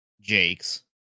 Jake's